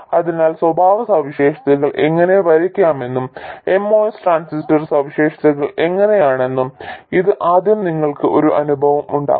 അതിനാൽ സ്വഭാവസവിശേഷതകൾ എങ്ങനെ വരയ്ക്കാമെന്നും MOS ട്രാൻസിസ്റ്റർ സവിശേഷതകൾ എങ്ങനെയാണെന്നും ഇത് ആദ്യം നിങ്ങൾക്ക് ഒരു അനുഭവം നൽകും